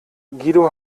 guido